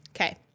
Okay